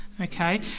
Okay